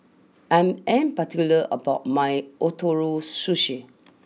I'm am particular about my Ootoro Sushi